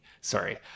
Sorry